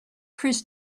chris